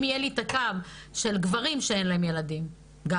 אם יהיה לי את הקו של גברים שאין להם ילדים גם